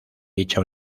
dicha